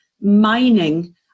mining